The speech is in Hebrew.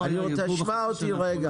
לא היה ייבוא בכלל --- תשמע אותי רגע.